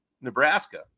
Nebraska